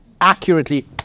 accurately